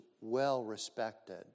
well-respected